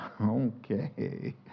Okay